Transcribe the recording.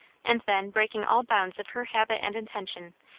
and then, breaking all bounds of her habit and intention,